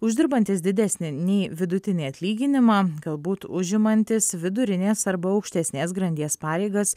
uždirbantys didesnį nei vidutinį atlyginimą galbūt užimantys vidurinės arba aukštesnės grandies pareigas